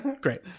great